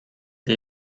the